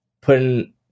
putting